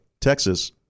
Texas